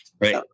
Right